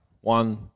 One